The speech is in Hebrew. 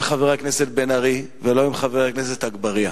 חבר הכנסת בן-ארי ולא עם חבר הכנסת אגבאריה.